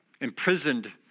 imprisoned